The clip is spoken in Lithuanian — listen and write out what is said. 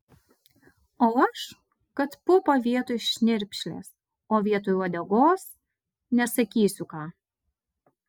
o aš kad pupą vietoj šnirpšlės o vietoj uodegos nesakysiu ką